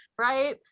right